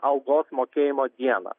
algos mokėjimo dieną